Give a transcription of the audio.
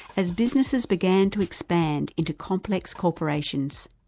as businesses began to expand into complex corporations.